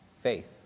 faith